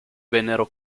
vennero